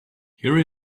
here